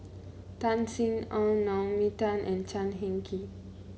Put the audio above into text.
Tan Sin Aun Naomi Tan and Chan Heng Chee